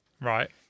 Right